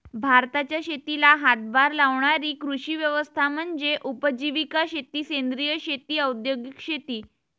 भारताच्या शेतीला हातभार लावणारी कृषी व्यवस्था म्हणजे उपजीविका शेती सेंद्रिय शेती औद्योगिक शेती